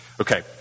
Okay